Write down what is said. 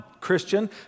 Christian